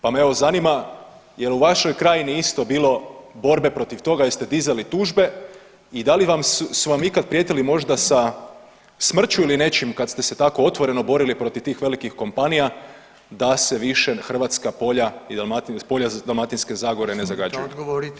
Pa me evo zanima jel u vašoj krajini isto bilo borbe protiv toga jest dizali tužbe i da li su vam ikad prijetili možda sa smrću ili nečim kad ste se tako otvoreno borili protiv tih velikih kompanija da se više hrvatska polja i polja Dalmatinske zagore ne zagađuju?